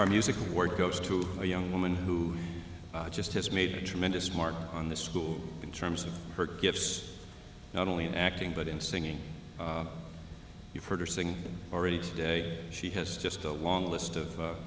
our music award goes to a young woman who just has made a tremendous mark on the school in terms of her gifts not only in acting but in singing you've heard her sing already today she has just a long list of